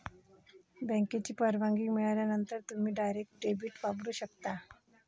बँकेची परवानगी मिळाल्यानंतरच तुम्ही डायरेक्ट डेबिट वापरू शकता